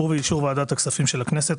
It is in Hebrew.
ובאישור ועדת הכספים של הכנסת,